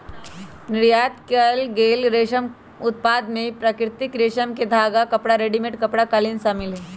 निर्यात कएल गेल रेशम उत्पाद में प्राकृतिक रेशम के धागा, कपड़ा, रेडीमेड कपड़ा, कालीन शामिल हई